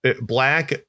black